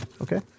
Okay